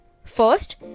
First